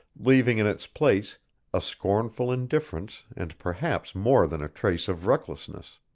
leaving in its place a scornful indifference and perhaps more than a trace of recklessness.